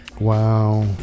wow